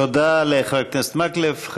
תודה לחבר הכנסת מקלב.